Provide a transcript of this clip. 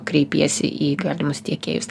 kreipiesi į galimus tiekėjus